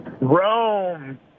Rome